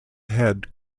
head